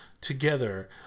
together